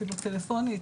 אפילו טלפוני,